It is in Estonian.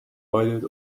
paljud